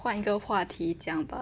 换个话题讲吧